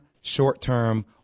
short-term